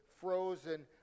frozen